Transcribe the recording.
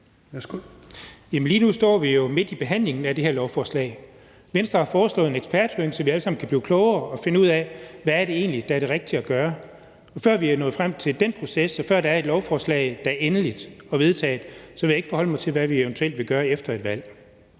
Jamen lige nu står vi jo midt i behandlingen af det her lovforslag. Venstre har foreslået en eksperthøring, så vi alle sammen kan blive klogere og finde ud af, hvad det egentlig er, der er det rigtige at gøre. Og før vi er nået frem til den proces, og før der er et lovforslag, der er endeligt vedtaget, vil jeg ikke forholde mig til, hvad vi eventuelt vil gøre efter et valg.